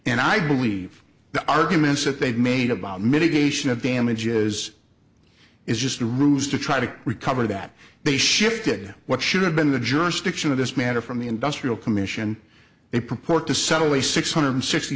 and i believe the arguments that they've made about mitigation of damage is is just a ruse to try to recover that they shifted what should have been the jurisdiction of this matter from the industrial commission they purport to settle a six hundred sixty